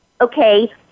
okay